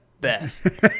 best